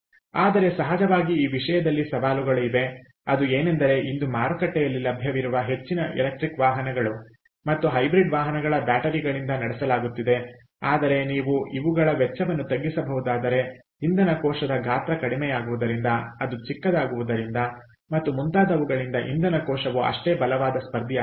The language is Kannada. ಆದರೆ ಸಹಜವಾಗಿ ಈ ವಿಷಯದಲ್ಲಿ ಸವಾಲುಗಳು ಇವೆ ಅದು ಏನೆಂದರೆ ಇಂದು ಮಾರುಕಟ್ಟೆಯಲ್ಲಿ ಲಭ್ಯವಿರುವ ಹೆಚ್ಚಿನ ಎಲೆಕ್ಟ್ರಿಕ್ ವಾಹನಗಳು ಮತ್ತು ಹೈಬ್ರಿಡ್ ವಾಹನಗಳನ್ನು ಬ್ಯಾಟರಿ ಗಳಿಂದ ನಡೆಸಲಾಗುತ್ತಿದೆ ಆದರೆ ನೀವು ಇವುಗಳ ವೆಚ್ಚವನ್ನು ತಗ್ಗಿಸಬಹುದಾದರೆ ಇಂಧನ ಕೋಶದ ಗಾತ್ರ ಕಡಿಮೆಯಾಗುವುದರಿಂದ ಅದು ಚಿಕ್ಕದಾಗುವುದರಿಂದ ಮತ್ತು ಮುಂತಾದವುಗಳಿಂದ ಇಂಧನ ಕೋಶವು ಅಷ್ಟೇ ಬಲವಾದ ಸ್ಪರ್ಧಿ ಆಗುತ್ತದೆ